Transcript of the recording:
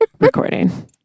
Recording